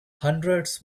hundreds